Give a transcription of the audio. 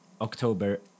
October